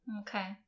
Okay